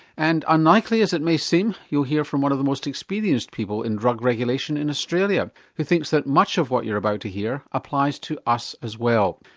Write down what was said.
and unlikely as it may seem, you'll hear from one of the most experienced people in drug regulation in australia who thinks that much of what you're about to hear applies to us as well.